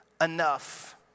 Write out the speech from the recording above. enough